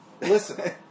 Listen